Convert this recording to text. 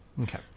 Okay